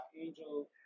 Angel